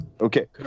Okay